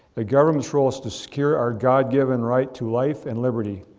the government's role is to secure our god given right to life and liberty.